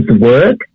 work